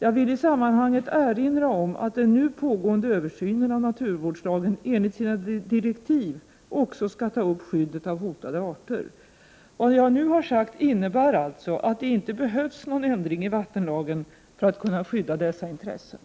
Jag vill i sammanhanget erinra om att den pågående översynen av naturvårdslagen enligt sina direktiv också skall ta upp skyddet av hotade arter. Vad jag nu sagt innebär att det inte behövs någon ändring i vattenlagen för att kunna skydda dessa intressen.